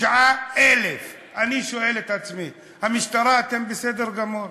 69,000. אני שואל את עצמי: המשטרה, אתם בסדר גמור,